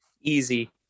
Easy